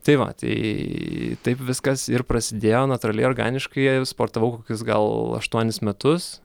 tai va tai taip viskas ir prasidėjo natūraliai organiškai ir sportavau kokius gal aštuonis metus